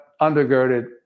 undergirded